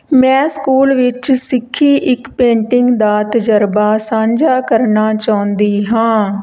ਮੈਂ ਸਕੂਲ ਵਿੱਚ ਸਿੱਖੀ ਇੱਕ ਪੇਂਟਿੰਗ ਦਾ ਤਜਰਬਾ ਸਾਂਝਾ ਕਰਨਾ ਚਾਹੁੰਦੀ ਹਾਂ